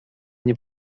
nie